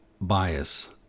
bias